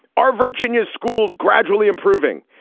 our virginia schools gradually improving.